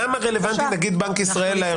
למה רלוונטי נגיד בנק ישראל לאירוע הזה?